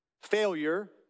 failure